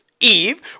Eve